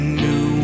new